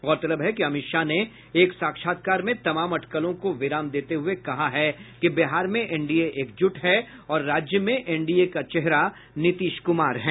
गौरतलब है कि अमित शाह ने एक साक्षात्कार में तमाम अटकलों को विराम देते हुए कहा है कि बिहार में एनडीए एकजुट है और राज्य में एनडीए का चेहरा नीतीश कुमार हैं